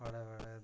बड़े बड़े दूरें